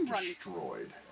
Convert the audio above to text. destroyed